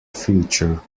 future